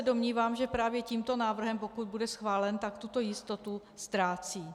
Domnívám se, že právě tímto návrhem, pokud bude schválen, tuto jistotu ztrácejí.